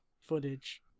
footage